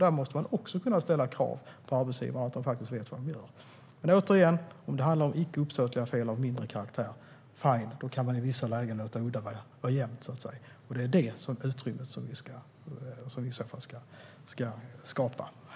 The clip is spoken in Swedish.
Där måste det också kunna ställas krav på arbetsgivarna att de faktiskt vet vad de gör. Återigen: Om det handlar om icke uppsåtliga fel av mindre karaktär, då kan man i vissa lägen låta udda vara jämnt. Det är detta utrymme som vi i så fall ska skapa.